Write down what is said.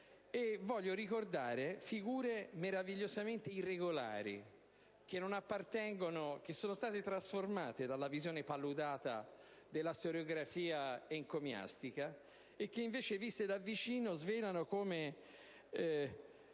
Voglio ricordare figure meravigliosamente irregolari che sono state trasformate dalla visione paludata della storiografia encomiastica e che, viste da vicino, svelano come